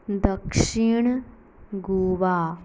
दक्षीण गोवा